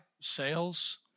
Sales